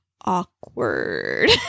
awkward